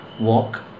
Walk